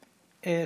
רבה.